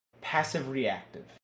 passive-reactive